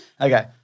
Okay